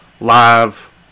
live